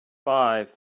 five